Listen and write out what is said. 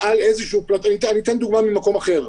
אני אתן דוגמה ממקום אחר.